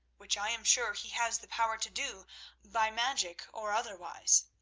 which i am sure he has the power to do by magic or otherwise.